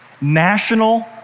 national